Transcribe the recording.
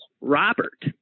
Robert